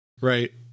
right